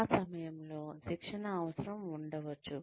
ఆ సమయంలో శిక్షణ అవసరం ఉండవచ్చు